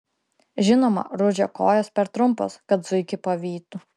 žinoma rudžio kojos per trumpos kad zuikį pavytų